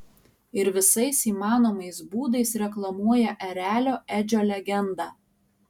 ir visais įmanomais būdais reklamuoja erelio edžio legendą